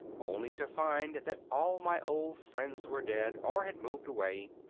only to find that all my old friends were dead or had moved away.